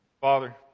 Father